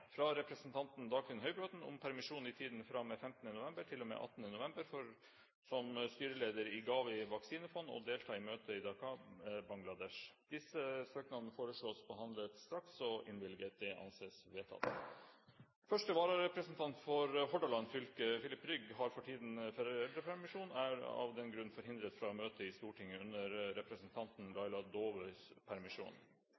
fra representanten Dagfinn Høybråten om permisjon i tiden fra og med 15. november til og med 18. november for, som styreleder i GAVI vaksinefond, å delta i møter i Dhaka, Bangladesh Disse søknadene foreslås behandlet straks og innvilget. – Det anses vedtatt. Første vararepresentant for Hordaland fylke, Filip Rygg, har for tiden foreldrepermisjon og er av den grunn forhindret fra å møte i Stortinget under representanten